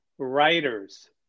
writers